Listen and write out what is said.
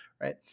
Right